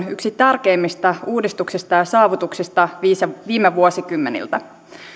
yksi tärkeimmistä hyvinvointivaltion uudistuksista ja saavutuksista viime vuosikymmeniltä